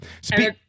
Speak